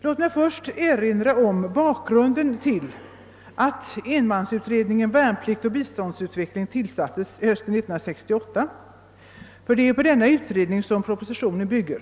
Låt mig först erinra om bakgrunden till att enmansutredningen om värnplikt och utvecklingsbistånd tillsattes hösten 1968, eftersom det är på denna utredning som propositionen bygger.